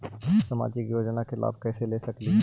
सामाजिक योजना के लाभ कैसे ले सकली हे?